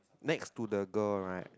next to the girl right